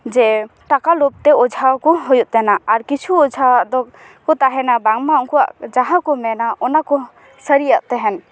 ᱡᱮ ᱴᱟᱠᱟ ᱞᱳᱵᱷᱛᱮ ᱚᱡᱷᱟ ᱠᱚ ᱦᱩᱭᱩᱜ ᱠᱟᱱᱟ ᱟᱨ ᱠᱤᱪᱷᱩ ᱚᱡᱷᱟᱣᱟᱜ ᱫᱚ ᱠᱚ ᱛᱟᱦᱮᱱᱟ ᱵᱟᱝᱢᱟ ᱩᱱᱠᱩᱣᱟᱜ ᱡᱟᱦᱟᱸ ᱠᱚ ᱢᱮᱱᱟ ᱚᱱᱟ ᱠᱚ ᱥᱟᱹᱨᱤᱭᱟᱜ ᱛᱟᱦᱮᱱ